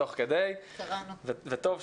תוך כדי זה אנחנו יוצרים את החיבורים בין הילדים,